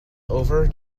over